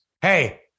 Hey